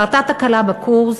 קרתה תקלה בקורס.